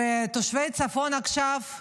ותושבי הצפון עכשיו,